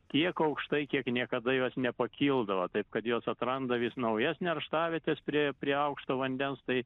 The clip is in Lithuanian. tiek aukštai kiek niekada jos nepakildavo taip kad jos atranda vis naujas nerštavietes prie prie aukšto vandens tai